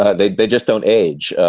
ah they they just don't age.